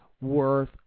worth